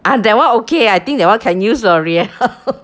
ah that [one] okay I think that [one] can use L'oreal